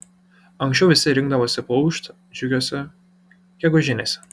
anksčiau visi rinkdavosi paūžt džiugiose gegužinėse